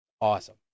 Awesome